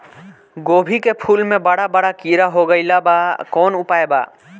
गोभी के फूल मे बड़ा बड़ा कीड़ा हो गइलबा कवन उपाय बा?